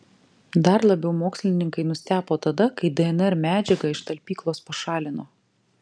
dar labiau mokslininkai nustebo tada kai dnr medžiagą iš talpyklos pašalino